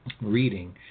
reading